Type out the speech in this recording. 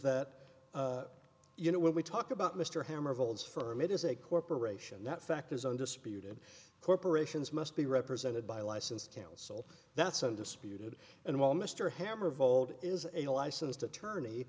that you know when we talk about mr hammer holds firm it is a corporation that fact is undisputed corporations must be represented by licensed counsel that's undisputed and while mr hammer vold is a licensed attorney